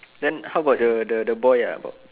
then how about the the the boy ah about